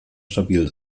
stabil